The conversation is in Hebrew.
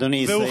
אדוני יסיים.